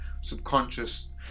subconscious